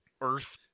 Earth